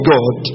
God